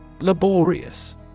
Laborious